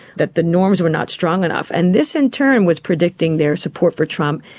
that the norms were not strong enough, and this in turn was predicting their support for trump.